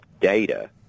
data